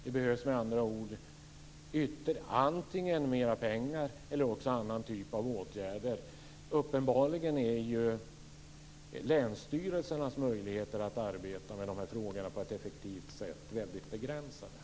Det behövs med andra ord antingen mera pengar eller andra typer av åtgärder. Uppenbarligen är länsstyrelsernas möjligheter att arbeta med de här frågorna på ett effektivt sätt väldigt begränsade.